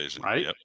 Right